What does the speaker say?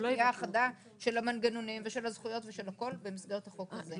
זו תהיה האחדה של המנגנונים ושל הזכויות ושל הכול במסגרת החוק הזה.